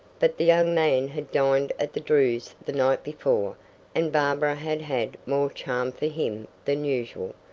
but the young man had dined at the drews the night before and barbara had had more charm for him than usual.